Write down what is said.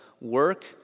work